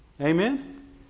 Amen